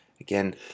Again